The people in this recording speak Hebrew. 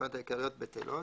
לתקנות העיקריות בטלות.